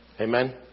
Amen